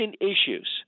issues